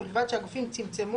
ובלבד שהגופים צמצמו,